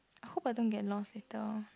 hope I don't get lost later